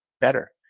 better